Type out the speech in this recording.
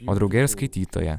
o drauge ir skaitytoją